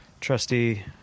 trusty